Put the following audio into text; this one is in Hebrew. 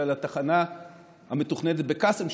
אלא לתחנה המתוכננת בקאסם,